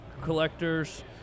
collectors